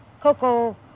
Coco